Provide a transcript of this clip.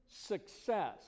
success